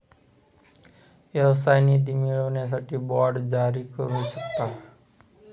व्यवसाय निधी मिळवण्यासाठी बाँड जारी करू शकता